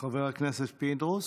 חבר הכנסת פינדרוס,